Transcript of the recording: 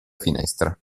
finestra